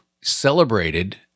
celebrated